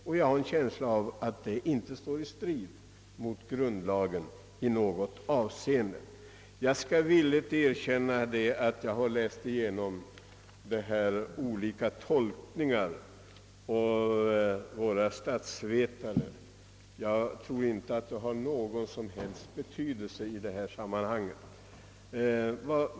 Jag har också en känsla av att detta inte i något avseende strider mot grundlagen. Jag har läst olika tolkningar av våra statsvetare, men jag kan inte finna att åldern har någon som helst betydelse i detta sammanhang.